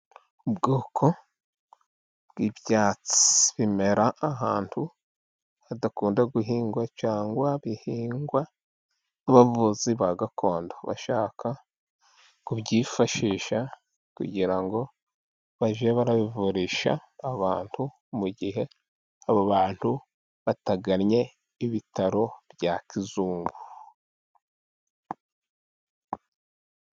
Ubwoko bw'ibyatsi bimera ahantu hadakunda guhingwa, cyangwa bihingwa n'abavuzi ba gakondo bashaka kubyifashisha, kugira ngo bajye barabivurisha abantu, mu gihe abo bantu batagannye ibitaro bya kizungu.